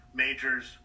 majors